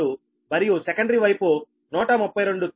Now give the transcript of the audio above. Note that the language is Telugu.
2 మరియు సెకండరీ వైపు 132 KV